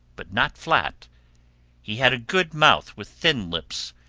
but not flat he had a good mouth with thin lips,